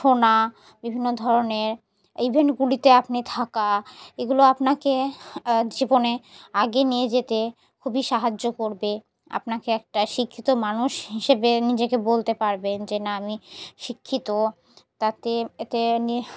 শোনা বিভিন্ন ধরনের ইভেন্টগুলিতে আপনি থাকা এগুলো আপনাকে জীবনে আগে নিয়ে যেতে খুবই সাহায্য করবে আপনাকে একটা শিক্ষিত মানুষ হিসেবে নিজেকে বলতে পারবেন যে না আমি শিক্ষিত তাতে এতে